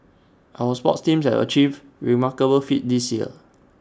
our sports teams have achieved remarkable feats this year